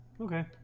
Okay